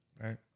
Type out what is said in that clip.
right